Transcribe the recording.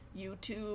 YouTube